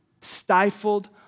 stifled